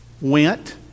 went